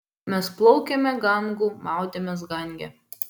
mes plaukėme gangu maudėmės gange